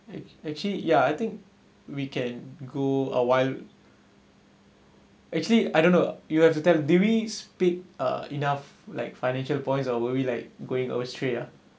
act~ actually ya I think we can go awhile actually I don't know you have to tell do we speak uh enough like financial points or worry like going over straight ya